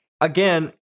Again